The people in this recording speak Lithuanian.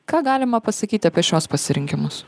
ką galima pasakyti apie šiuos pasirinkimus